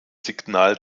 signal